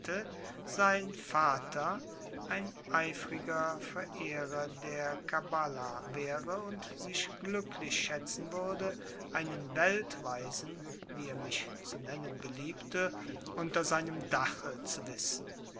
sein vater ein eifriger verehrer der kabbala wäre und sich glücklich schätzen würde einen weltweisen wie er mich zu nennen beliebte unter seinem dache zu wissen